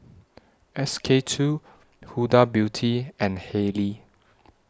S K two Huda Beauty and Haylee